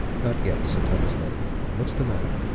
not yet sir thomas louell what's the matter?